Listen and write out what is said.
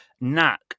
knack